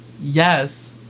Yes